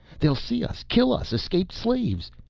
they'll see us, kill us escaped slaves.